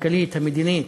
הכלכלית והמדינית,